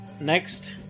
Next